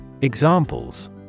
Examples